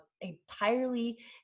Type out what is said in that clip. entirely